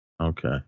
Okay